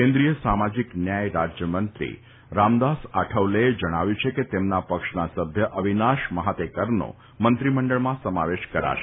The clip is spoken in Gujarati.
કેન્દ્રિય સામાજિક ન્યાય રાજયમંત્રી રામદાસ આઠવલેએ જણાવ્યું છે કે તેમના પક્ષના સભ્ય અવિનાશ મહાતેકરનો મંત્રીમંડળમાં સમાવેશ કરાશે